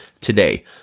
today